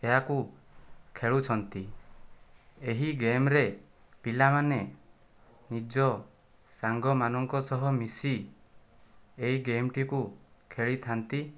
ଏହାକୁ ଖେଳୁଛନ୍ତି ଏହି ଗେମରେ ପିଲାମାନେ ନିଜ ସାଙ୍ଗମାନଙ୍କ ସହ ମିଶି ଏହି ଗେମ ଟିକୁ ଖେଳିଥାନ୍ତି